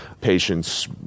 patients